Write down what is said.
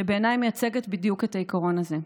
שבעיניי מייצגת בדיוק את העיקרון הזה.